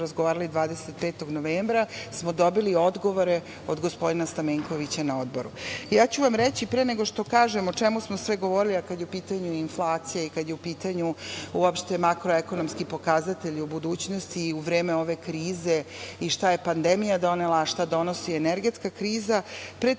25. novembra smo dobili odgovore od gospodina Stamenkovića na Odboru. Reći ću vam pre nego što kažem o svemu smo sve govorili, a kad je u pitanju inflacija, kad je u pitanju makroekonomski pokazatelj u budućnosti i u vreme ove krize, i šta je pandemija donela, a šta donosi energetska kriza, pre